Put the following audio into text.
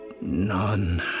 None